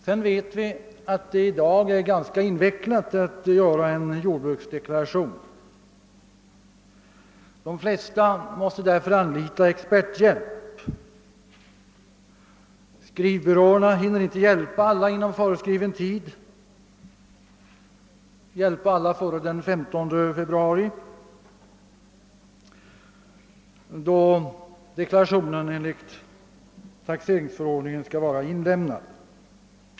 Vi vet att det numera är ganska invecklat att göra en jordbruksdeklaration. De flesta måste därför anlita experthjälp, men skrivbyråerna hinner inte hjälpa alla inom föreskriven tid, d.v.s. före den 15 februari, då deklarationen enligt taxeringsförordningen skall vara inlämnad.